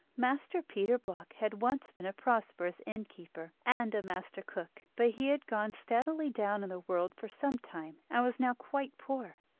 master peter bloch had once been a prosperous innkeeper, and a master-cook but he had gone steadily down in the world for some time, and was now quite poor.